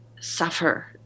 suffer